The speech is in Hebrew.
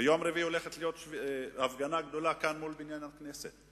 ביום רביעי הולכת להיות הפגנה גדולה כאן מול בניין הכנסת.